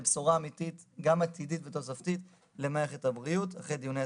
לטובת מערכת הבריאות.